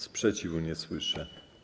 Sprzeciwu nie słyszę.